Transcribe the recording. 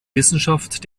wissenschaft